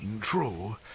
True